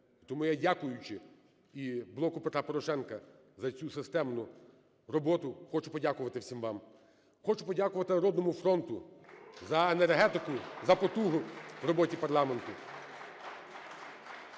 Тому я, дякуючи і "Блоку Петра Порошенка" за цю системну роботу, хочу подякувати всім вам. Хочу подякувати "Народному фронту" за енергетику, за потугу в роботі парламенту.